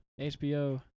HBO